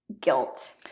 guilt